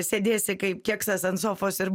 sėdėsi kaip keksas ant sofos ir